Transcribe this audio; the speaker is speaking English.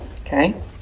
Okay